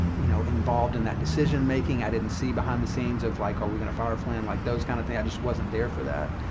you know, involved in that decision making. i didn't see behind the scenes of like, are we going to fire flynn? like those kind of things, i just wasn't there for that.